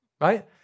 right